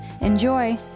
Enjoy